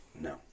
No